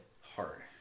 hard